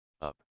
up